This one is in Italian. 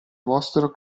vostro